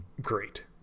great